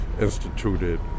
instituted